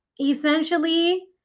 essentially